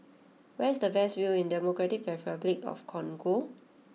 where is the best view in Democratic Republic of the Congo